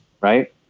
right